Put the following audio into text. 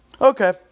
Okay